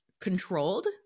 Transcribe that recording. controlled